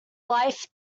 life